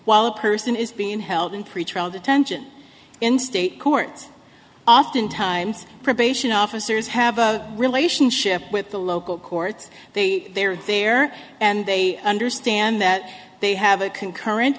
while a person is being held in pretrial detention in state courts oftentimes probation officers have a relationship with the local courts they are there and they understand that they have a concurren